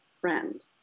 friend